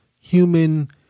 human